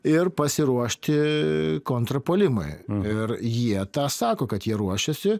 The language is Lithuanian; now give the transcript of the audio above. ir pasiruošti kontrpuolimui ir jie tą sako kad jie ruošiasi